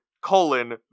colon